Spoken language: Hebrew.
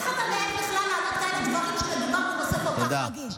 איך אתה מעז בכלל להעלות דברים כאלה כשמדובר בנושא כל כך רגיש?